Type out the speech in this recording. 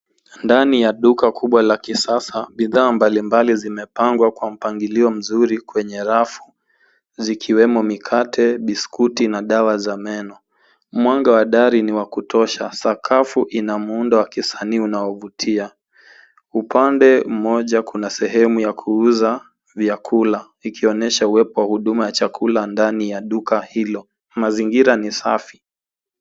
Ndani ya duka kubwa la kisasa, bidhaa mbalimbali zimepangwa kwa mpangilio mzuri kwenye rafu zikiwemo mikate, biskuti na dawa za meno. Mwanga wa dari ni wa kutosha. Sakafu ina muundo wa kisanii unaovutia. Upande mmoja, kuna sehemu ya kuuza vyakula, ikionyesha uwepo wa huduma ya chakula ndani ya duka hilo. Mazingira ni safi.